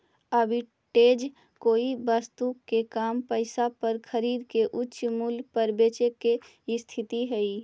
arbitrage कोई वस्तु के कम पईसा पर खरीद के उच्च मूल्य पर बेचे के स्थिति हई